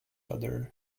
other